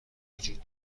وجود